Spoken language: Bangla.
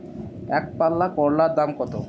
একপাল্লা করলার দাম কত?